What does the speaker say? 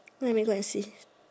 let me go and see